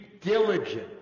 diligent